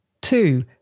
Two